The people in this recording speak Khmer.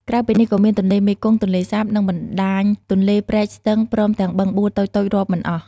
ក្រៅពីនេះ ក៏មានទន្លេមេគង្គ ទន្លេសាប និងបណ្ដាញទន្លេ ព្រែក ស្ទឹង ព្រមទាំងបឹងបួរតូចៗរាប់មិនអស់។